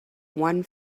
one